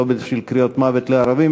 לא בשביל קריאות "מוות לערבים",